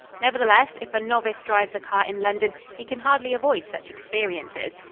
nevertheless, if a novice drives a car in london, he can hardly avoid such experiences.